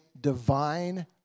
divine